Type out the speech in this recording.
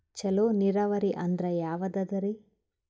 ಚಲೋ ನೀರಾವರಿ ಅಂದ್ರ ಯಾವದದರಿ?